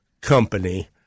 company